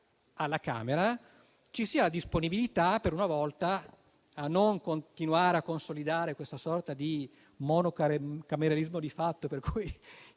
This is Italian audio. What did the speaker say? alla Camera, ci sia la disponibilità, per una volta, a non continuare a consolidare questa sorta di monocameralismo di fatto, per cui